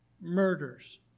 murders